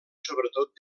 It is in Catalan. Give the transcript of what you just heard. sobretot